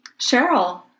Cheryl